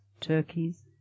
turkeys